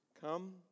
come